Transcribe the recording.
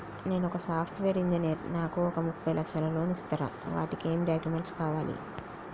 నేను ఒక software engineer నాకు ఒక ముప్పై లక్షల లోన్ ఇస్తరా? వాటికి ఏం డాక్యుమెంట్స్ కావాలి?